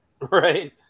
right